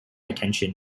attention